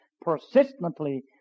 persistently